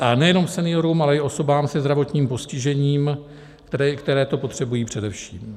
A nejenom seniorům, ale i osobám se zdravotním postižením, které to potřebují především.